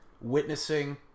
witnessing